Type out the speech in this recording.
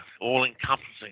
all-encompassing